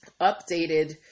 updated